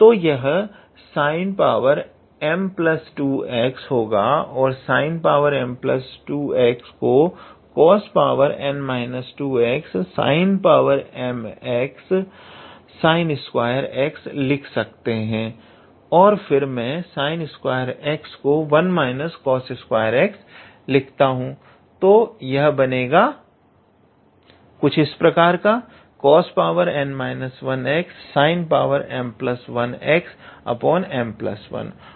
तो यह 𝑠𝑖𝑛𝑚2x होगा और 𝑠𝑖𝑛𝑚2𝑥 को 𝑐𝑜𝑠𝑛−2𝑥𝑠𝑖𝑛𝑚𝑥𝑠𝑖𝑛2𝑥 लिख सकते हैं और फिर मैं 𝑠𝑖𝑛2𝑥 को 1 − 𝑐𝑜𝑠2𝑥 लिखता हूँ तो यह बनेगा cosn 1xsinm1xm1